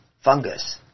fungus